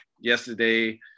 yesterday